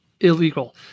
illegal